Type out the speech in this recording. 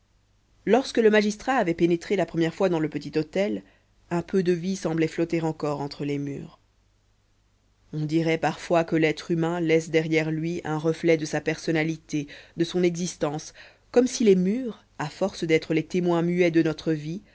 lorsque le magistrat avait pénétré la première fois dans le petit hôtel un peu de vie semblait flotter encore entre les murs on dirait parfois que l'être humain laisse derrière lui un reflet de sa personnalité de son existence comme si les murs à force d'être les témoins muets de notre vie